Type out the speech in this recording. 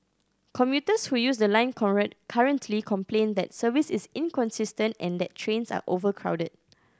commuters who use the line currently complain that service is inconsistent and that trains are overcrowded